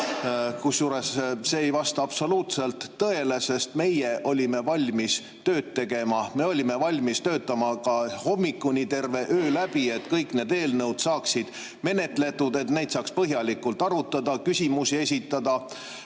Kusjuures see ei vasta absoluutselt tõele, sest meie olime valmis tööd tegema. Me olime valmis töötama ka hommikuni, terve öö läbi, et kõik need eelnõud saaksid menetletud, et neid saaks põhjalikult arutada, küsimusi esitada,